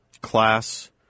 class